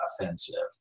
offensive